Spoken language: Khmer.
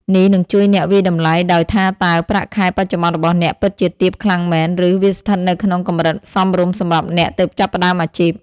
នេះនឹងជួយអ្នកវាយតម្លៃដោយថាតើប្រាក់ខែបច្ចុប្បន្នរបស់អ្នកពិតជាទាបខ្លាំងមែន ឬវាស្ថិតនៅក្នុងកម្រិតសមរម្យសម្រាប់អ្នកទើបចាប់ផ្ដើមអាជីព។